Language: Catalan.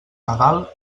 nadal